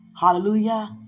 Hallelujah